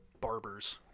Barbers